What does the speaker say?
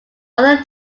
other